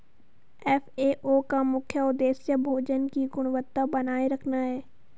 FAO का मुख्य उदेश्य भोजन की गुणवत्ता बनाए रखना है